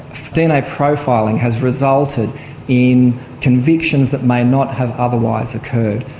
dna profiling has resulted in convictions that may not have otherwise occurred.